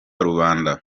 rubanda